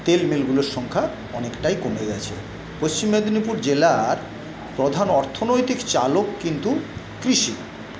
তেলমিলগুলোর সংখ্যা অনেকটাই কমে গেছে পশ্চিম মেদিনীপুর জেলার প্রধান অর্থনৈতিক চালক কিন্তু কৃষি